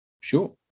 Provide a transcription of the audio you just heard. Sure